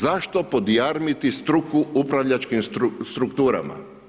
Zašto podjarmiti struku upravljačkim strukturama?